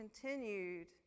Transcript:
continued